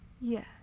Yes